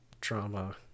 drama